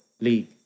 league